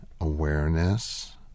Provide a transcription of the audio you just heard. awareness